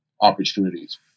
opportunities